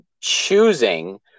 choosing